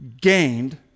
gained